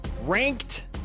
ranked